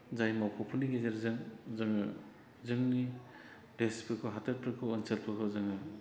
जाय मावख'फोरनि गेजेरजों जोङो जोंनि देसफोरखौ हादोरफोरखौ ओनसोलफोरखौ जोङो